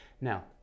Now